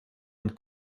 und